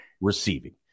receiving